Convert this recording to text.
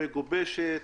מגובשת,